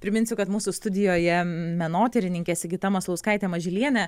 priminsiu kad mūsų studijoje menotyrininkė sigita maslauskaitė mažylienė